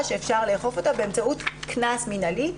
שאפשר לאכוף אותה באמצעות קנס מינהלי.